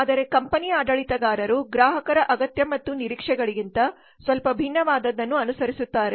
ಆದರೆ ಕಂಪನಿ ಆಡಳಿತಗಾರರು ಗ್ರಾಹಕರ ಅಗತ್ಯ ಮತ್ತು ನಿರೀಕ್ಷೆಗಳಿಗಿಂತ ಸ್ವಲ್ಪ ಭಿನ್ನವಾದದ್ದನ್ನು ಅನುಸರಿಸುತ್ತಾರೆ